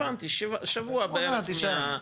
הבנתי, שבוע מהביצוע.